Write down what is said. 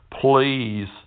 please